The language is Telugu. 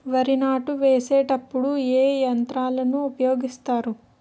వరి నాట్లు వేసేటప్పుడు ఏ యంత్రాలను ఉపయోగిస్తారు?